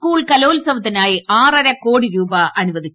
school കലോത്സവത്തിനായി ആറര കോടി രൂപ അനുവദിച്ചു